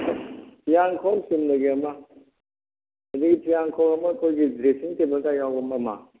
ꯐꯤꯌꯥꯟꯈꯣꯛ ꯆꯨꯝꯅꯒꯤ ꯑꯃ ꯑꯗꯒꯤ ꯐꯤꯌꯥꯟꯈꯣꯛ ꯑꯃ ꯑꯩꯈꯣꯏꯒꯤ ꯗ꯭ꯔꯦꯁꯤꯡ ꯇꯦꯕꯜꯒ ꯌꯥꯎꯕ ꯑꯃ